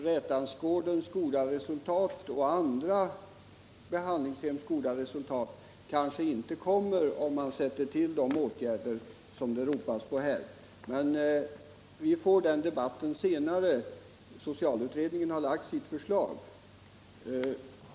Rätansgårdens och andra behandlingshems goda resultat kanske inte består om man sätter in de åtgärder som det ropas på av Rune Torwald. Men vi får en debatt om detta senare — socialutredningen har framlagt sitt förslag.